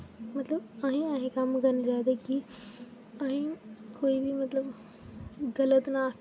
मतलब अहें ऐहे कम्म करने चाहिदे की अहें ई कोई बी मतलब गलत ना आखै